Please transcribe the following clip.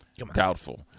Doubtful